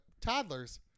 toddlers